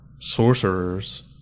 sorcerers